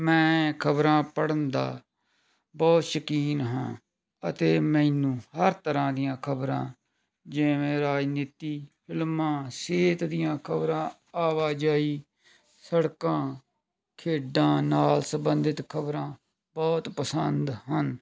ਮੈਂ ਖਬਰਾਂ ਪੜ੍ਹਨ ਦਾ ਬਹੁਤ ਸ਼ੌਕੀਨ ਹਾਂ ਅਤੇ ਮੈਨੂੰ ਹਰ ਤਰ੍ਹਾਂ ਦੀਆਂ ਖਬਰਾਂ ਜਿਵੇਂ ਰਾਜਨੀਤੀ ਫ਼ਿਲਮਾਂ ਸਿਹਤ ਦੀਆਂ ਖਬਰਾਂ ਆਵਾਜਾਈ ਸੜਕਾਂ ਖੇਡਾਂ ਨਾਲ ਸੰਬੰਧਿਤ ਖਬਰਾਂ ਬਹੁਤ ਪਸੰਦ ਹਨ